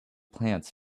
plants